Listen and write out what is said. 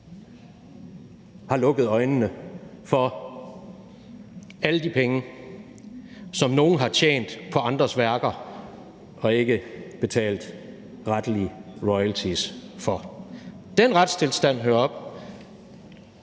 har lukket øjnene for alle de penge, som nogle har tjent på andres værker og ikke rettelig betalt royalties for. Den retstilstand hører op,